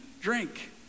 drink